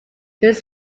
through